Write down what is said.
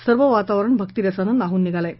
सर्व वातावरण भक्तिरसानं न्हाऊन निघालं आहे